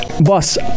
Boss